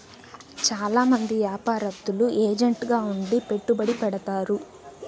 చాలా మంది యాపారత్తులు ఏజెంట్ గా ఉండి పెట్టుబడి పెడతారు